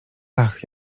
ach